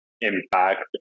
impact